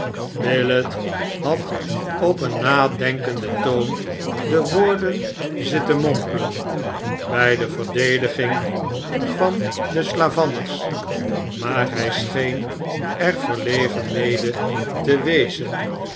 willet had op een nadenkenden toon de woorden zitten mompelen bij de verdediging van de slavanners maar hij seheen er verlegen mede te wezen